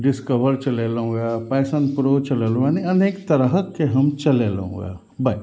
discover चलेलहुॅं पैसनप्रो चलेलहुॅं यानि अनेक तरहक हम चलेलहुँ हे बाइ